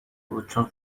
بود، چون